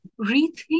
rethink